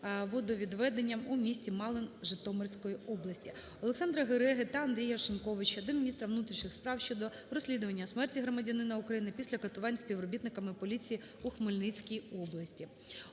водовідведенням в місті Малин Житомирської області. ОлександраГереги та Андрія Шиньковича до міністра внутрішніх справ щодо розслідування смерті громадянина України після катувань співробітниками поліції у Хмельницькій області.